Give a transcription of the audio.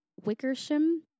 wickersham